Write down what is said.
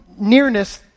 nearness